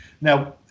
now